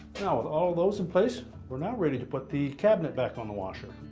now, with all those in place, we're not ready to put the cabinet back on the washer.